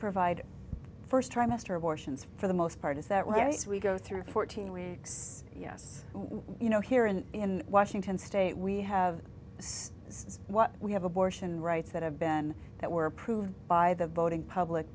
abortions for the most part is that where yes we go through fourteen weeks yes you know here and in washington state we have this is what we have abortion rights that have been that were approved by the voting public